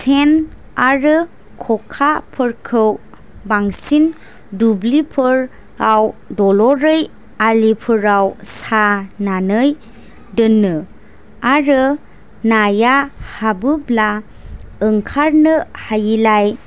सेन आरो ख'खाफोरखौ बांसिन दुब्लिफोराव दल'रै आलिफोराव सानानै दोनो आरो नाया हाबोब्ला ओंखारनो हायिलाय